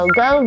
go